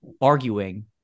arguing